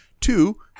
two